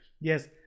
Yes